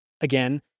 again